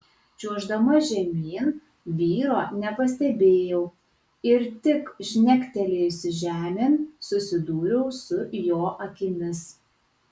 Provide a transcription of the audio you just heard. čiuoždama žemyn vyro nepastebėjau ir tik žnektelėjusi žemėn susidūriau su jo akimis